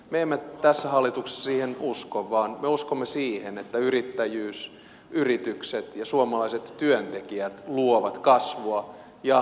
me emme tässä hallituksessa siihen usko vaan me uskomme siihen että yrittäjyys yritykset ja suomalaiset työntekijät luovat kasvua ja työllisyyttä